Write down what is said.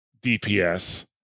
DPS